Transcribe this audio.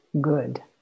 good